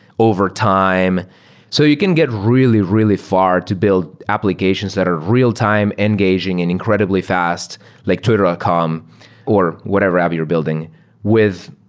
overtime. so you can get really, really far to build applications that are real-time engaging in incredibly fast like twitter dot com or whatever app you're building with,